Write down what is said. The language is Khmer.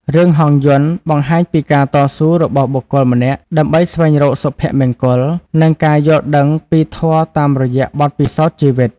រឿង ហង្សយន្ត បង្ហាញពីការតស៊ូរបស់បុគ្គលម្នាក់ដើម្បីស្វែងរកសុភមង្គល និងការយល់ដឹងពីធម៌តាមរយៈបទពិសោធន៍ជីវិត។